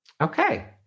Okay